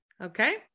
Okay